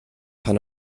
pan